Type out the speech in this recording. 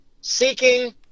seeking